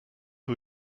are